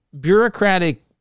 bureaucratic